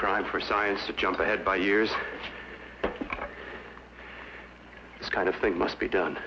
crime for science to jump ahead by years this kind of thing must be done